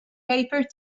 paper